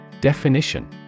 Definition